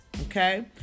okay